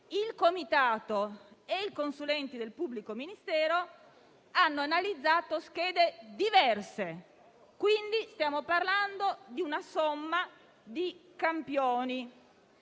il comitato e il consulente del pubblico ministero hanno analizzato schede diverse. Quindi, stiamo parlando di una somma di campioni.